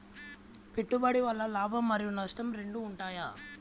పెట్టుబడి వల్ల లాభం మరియు నష్టం రెండు ఉంటాయా?